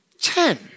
Ten